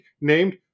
named